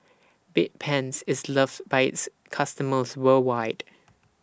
Bedpans IS loved By its customers worldwide